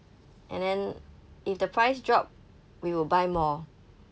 and then if the price drop we will buy more